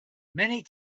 many